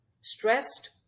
stressed